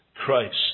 Christ